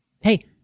Hey